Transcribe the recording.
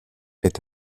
est